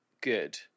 good